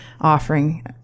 offering